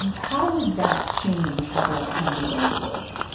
and how would that change how the opportunity zones work?